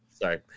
Sorry